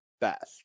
best